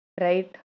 Right